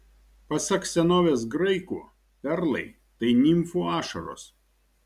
pasak senovės graikų perlai tai nimfų ašaros